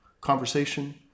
conversation